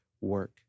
work